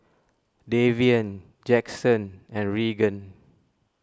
Davian Jackson and Regan